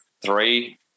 three